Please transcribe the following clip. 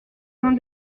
loin